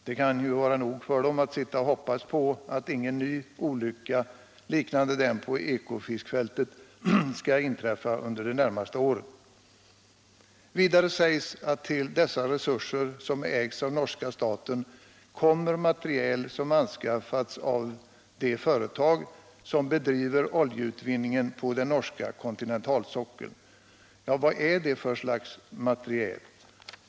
Det kan vara nog att sitta och hoppas på att ingen ny olycka liknande den på Ekofiskfältet skall inträffa under det närmaste året. Vidare sägs att till dessa resurser, som ägs av norska staten, kommer materiel som anskaffats av de företag som bedriver oljeutvinning på den norska kontinentalsockeln. Vad är det för slags materiel?